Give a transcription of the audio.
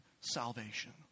salvation